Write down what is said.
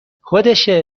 خودشه